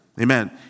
Amen